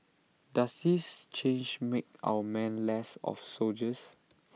does this change make our men less of soldiers